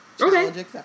Okay